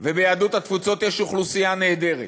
וביהדות התפוצות יש אוכלוסייה נהדרת,